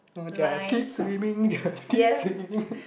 orh just keep swimming just keep swimming